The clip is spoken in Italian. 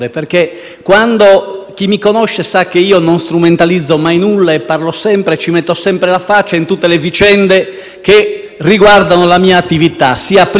Chi mi conosce sa che io non strumentalizzo mai nulla e che, quando parlo, ci metto sempre la faccia, in tutte le vicende che riguardano la mia attività, sia privata che pubblica.